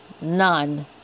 None